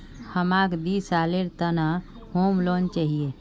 हमाक दी सालेर त न होम लोन चाहिए